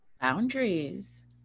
Boundaries